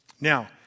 Now